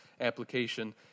application